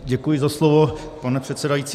Děkuji za slovo, pane předsedající.